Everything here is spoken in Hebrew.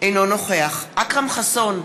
אינו נוכח אכרם חסון,